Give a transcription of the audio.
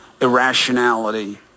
irrationality